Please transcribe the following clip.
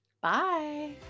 Bye